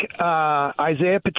Isaiah